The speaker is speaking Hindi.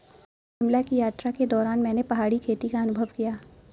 शिमला की यात्रा के दौरान मैंने पहाड़ी खेती का अनुभव किया